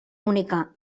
única